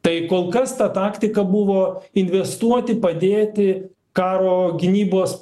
tai kol kas ta taktika buvo investuoti padėti karo gynybos